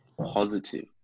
positive